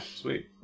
sweet